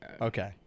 Okay